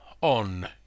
on